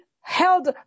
held